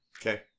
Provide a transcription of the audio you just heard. Okay